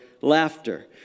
laughter